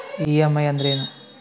EMI ಅಂದ್ರೇನು?